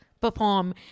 perform